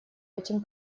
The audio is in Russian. этим